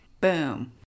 Boom